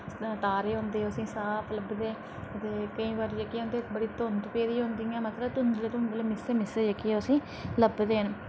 तारे होन्दे ओह् असें साफ लभदे ते केईं बारी जेह्के होंदे बड़ी धुंध पेदी होंदी इ'यां मतलब धुंधले धुंधले मिस्से मिस्से जेह्के असें लभदे न